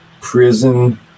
prison